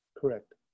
Correct